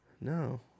No